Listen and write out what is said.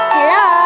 Hello